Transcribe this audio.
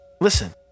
listen